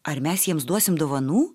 ar mes jiems duosim dovanų